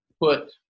put